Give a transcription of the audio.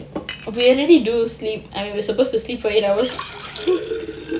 we already do sleep and we are supposed to sleep for eight hours